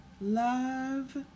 Love